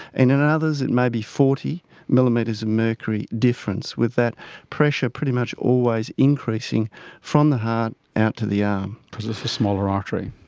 and in others it may be forty millimetres of mercury difference, with that pressure pretty much always increasing from the heart out to the arm. because it's a smaller artery.